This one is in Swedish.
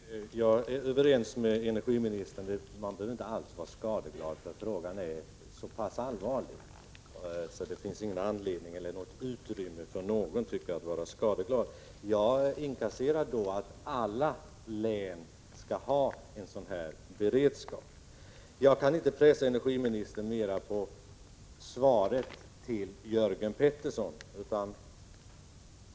Herr talman! Jag är överens med energiministern om att man inte bör vara skadeglad. Frågan är så pass allvarlig att det inte finns utrymme för någon att vara skadeglad. Jag inkasserar beskedet att alla län skall ha en beredskap och kan inte pressa energiministern på något mer svar till Jörgen Pettersson.